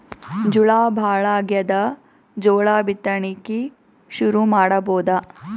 ಝಳಾ ಭಾಳಾಗ್ಯಾದ, ಜೋಳ ಬಿತ್ತಣಿಕಿ ಶುರು ಮಾಡಬೋದ?